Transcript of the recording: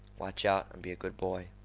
watch out, and be good boy.